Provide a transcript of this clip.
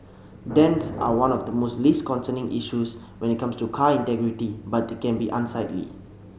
dents are one of the most least concerning issues when it comes to car integrity but they can be unsightly